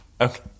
Okay